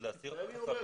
אז להסיר את החסמים,